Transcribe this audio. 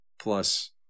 plus